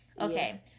okay